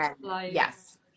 yes